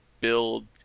build